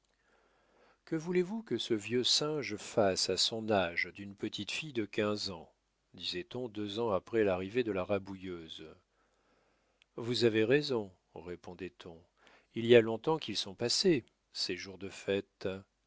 que voulez-vous que ce vieux singe fasse à son âge d'une petite fille de quinze ans disait-on deux ans après l'arrivée de la rabouilleuse vous avez raison répondait-on il y a long-temps qu'ils sont passés ses jours de fête